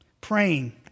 praying